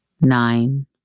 Nine